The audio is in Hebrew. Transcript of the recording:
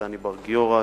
דני בר-גיורא,